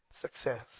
success